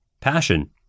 passion